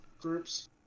groups